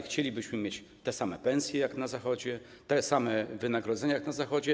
Chcielibyśmy mieć takie same pensje jak te na Zachodzie, takie same wynagrodzenia jak te na Zachodzie.